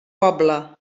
poble